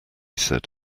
said